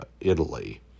Italy